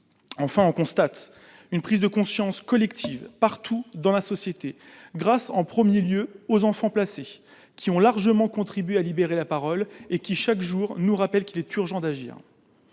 enfin, on constate une prise de conscience collective partout dans la société grâce en 1er lieu aux enfants placés qui ont largement contribué à libérer la parole et qui chaque jour nous rappelle qu'il est urgent d'agir,